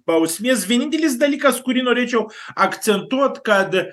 bausmės vienintelis dalykas kurį norėčiau akcentuot kad